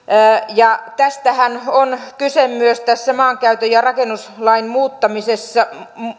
tästähän on kyse myös tässä maankäyttö ja rakennuslain muuttamisesta